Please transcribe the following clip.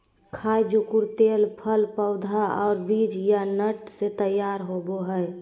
खाय जुकुर तेल फल पौधा और बीज या नट से तैयार होबय हइ